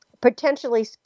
potentially